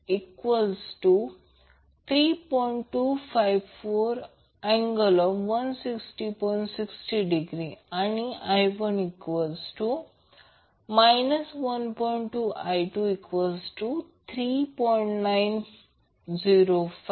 6° आणि I1 1